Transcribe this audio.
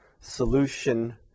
solution